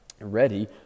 ready